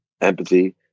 empathy